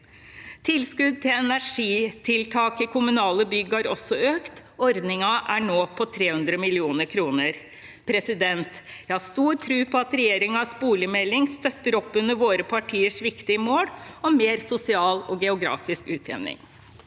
Tilskudd til energitiltak i kommunale bygg har også økt. Ordningen er nå på 300 mill. kr. Jeg har stor tro på at regjeringens boligmelding støtter opp under våre partiers viktige mål om mer sosial og geografisk utjevning.